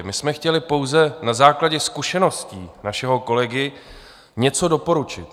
My jsme chtěli pouze na základě zkušeností našeho kolegy něco doporučit.